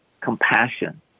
compassion